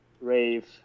rave